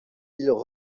ils